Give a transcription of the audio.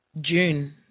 june